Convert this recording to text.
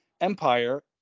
empire